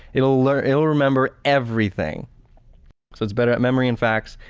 it'll learn it'll remember everything, so it's better at memory and facts.